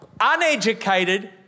Uneducated